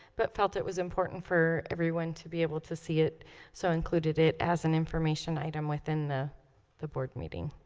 but felt it was important for everyone to be able to see it so included it as an information item within the the board meeting